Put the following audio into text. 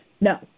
No